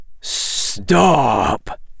Stop